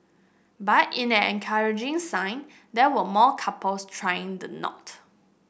but in an encouraging sign there were more couples tying the knot